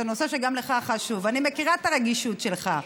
זה נושא שגם לך חשוב, אני מכירה את הרגישות שלך.